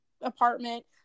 apartment